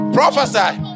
prophesy